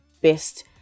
best